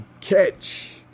catch